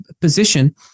position